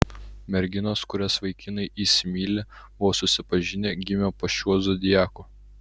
merginos kurias vaikinai įsimyli vos susipažinę gimė po šiuo zodiaku